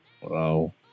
Hello